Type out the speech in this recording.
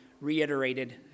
reiterated